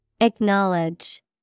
Acknowledge